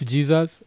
Jesus